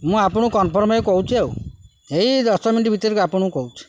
ମୁଁ ଆପଣଙ୍କୁ କନଫର୍ମ୍ ହେଇ କହୁଛି ଆଉ ଏଇ ଦଶ ମିନିଟ୍ ଭିତରେ ଆପଣଙ୍କୁ କହୁଛି